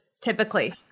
typically